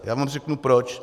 Já vám řeknu, proč.